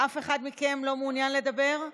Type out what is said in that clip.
אף אחד מכם לא מעוניין לדבר?